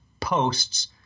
Posts